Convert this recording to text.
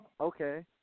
Okay